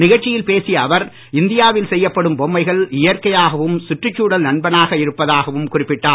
நிகழ்ச்சியில் பேசிய அவர் இந்தியாவில் செய்யப்படும் பொம்மைகள் இயற்கையாகவும் சுற்றுச்சூழல் நண்பனாக இருப்பதாகவும் குறிப்பிட்டார்